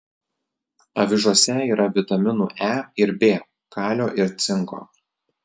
avižose yra vitaminų e ir b kalio ir cinko